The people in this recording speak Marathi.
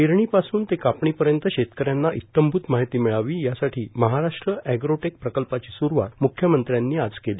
पेरणी पासून ते कापणी पर्यंत शेतकऱ्यांना इत्यंभूत माहिती मिळावी यासाठी महाराष्ट्र अग्रोटेक प्रकल्पाची स्रुवात म्ख्यमंत्र्यांनी आज केली